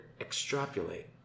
extrapolate